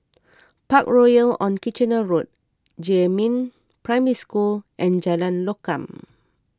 Parkroyal on Kitchener Road Jiemin Primary School and Jalan Lokam